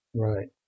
right